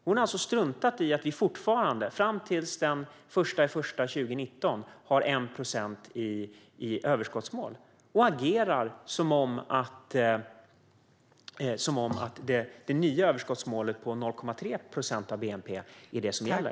Hon struntar alltså i att vi fortfarande, fram till den 1 januari 2019, har ett överskottsmål på 1 procent och agerar som om det nya överskottsmålet på 0,3 procent av bnp är det som gäller.